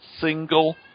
single